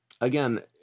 again